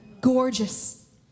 Gorgeous